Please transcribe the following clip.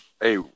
hey